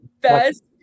best